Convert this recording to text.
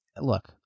look